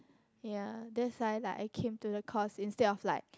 ya that's why like I came to the course instead of like